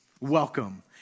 Welcome